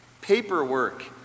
Paperwork